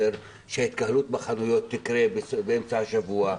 שההתקהלות בחנויות תקרה באמצע השבוע,